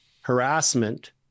harassment